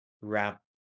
wrap